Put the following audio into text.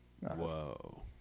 Whoa